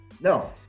No